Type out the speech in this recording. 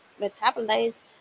metabolize